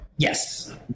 Yes